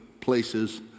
places